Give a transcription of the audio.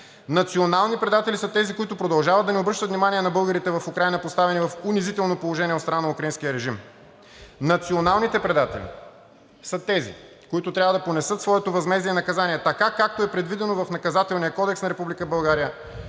Национални предатели са тези, които продължават да не обръщат внимание на българите в Украйна, поставени в унизително положение от страна на украинския режим. Национални предатели са тези, които трябва да понесат своето възмездие и наказание, така както е предвидено в Наказателния кодекс на